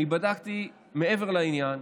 בדקתי מעבר לעניין: